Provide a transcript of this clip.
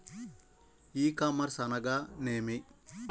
ఈ కామర్స్ అనగా నేమి?